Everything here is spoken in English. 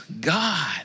God